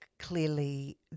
clearly